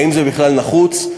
אם זה בכלל נחוץ,